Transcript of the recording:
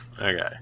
Okay